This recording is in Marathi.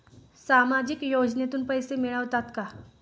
सामाजिक योजनेतून पैसे मिळतात का?